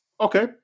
okay